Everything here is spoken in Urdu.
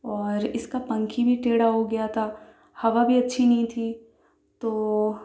اور اس کا پنکھی بھی ٹیڑھا ہو گیا تھا ہوا بھی اچھی نہیں تھی تو